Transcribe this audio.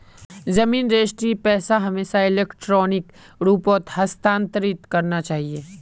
जमीन रजिस्ट्रीर पैसा हमेशा इलेक्ट्रॉनिक रूपत हस्तांतरित करना चाहिए